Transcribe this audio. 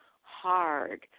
hard